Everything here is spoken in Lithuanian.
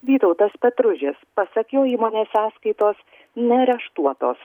vytautas petružis pasak jo įmonės sąskaitos neareštuotos